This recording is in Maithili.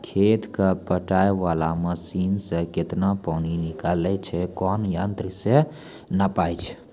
खेत कऽ पटाय वाला मसीन से केतना पानी निकलैय छै कोन यंत्र से नपाय छै